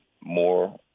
more